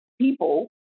people